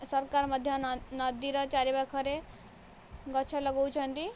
ସରକାର ମଧ୍ୟ ନ ନଦୀ ର ଚାରି ପାଖରେ ଗଛ ଲଗାଉଛନ୍ତି